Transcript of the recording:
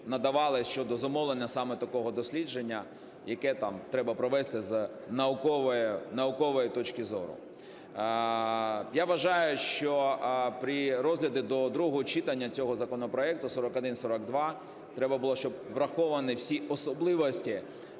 щодо замовлення саме такого дослідження, яке там треба провести з наукової точки зору. Я вважаю, що при розгляді до другого читання цього законопроекту 4142 треба було, щоб були враховані всі особливості